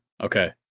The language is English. Okay